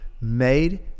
made